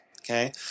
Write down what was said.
Okay